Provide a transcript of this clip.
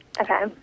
Okay